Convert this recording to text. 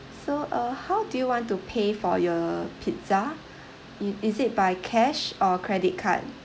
so uh how do you want to pay for your pizza it is it by cash or credit card